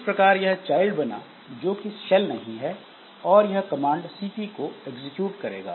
इस प्रकार यह चाइल्ड बना जो कि शैल नहीं है और यह कमांडCP को एग्जीक्यूट करेगा